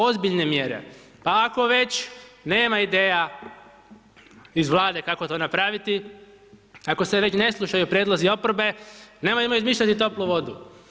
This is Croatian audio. Ozbiljne mjere, pa ako već nema ideja iz Vlade kako to napraviti, ako se već ne slušaju prijedlozi oporbe, nemojmo izmišljati toplu vodu.